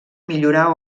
millorar